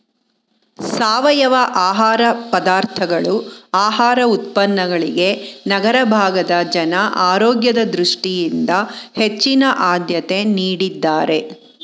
ಸಾವಯವ ಆಹಾರ ಪದಾರ್ಥಗಳು ಆಹಾರ ಉತ್ಪನ್ನಗಳಿಗೆ ನಗರ ಭಾಗದ ಜನ ಆರೋಗ್ಯದ ದೃಷ್ಟಿಯಿಂದ ಹೆಚ್ಚಿನ ಆದ್ಯತೆ ನೀಡಿದ್ದಾರೆ